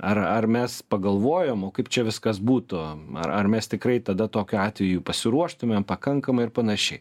ar ar mes pagalvojom o kaip čia viskas būtų ar ar mes tikrai tada tokiu atveju pasiruoštumėm pakankamai ir panašiai